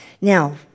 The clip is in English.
Now